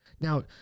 Now